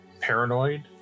paranoid